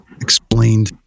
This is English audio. explained